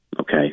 okay